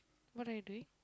what are you doing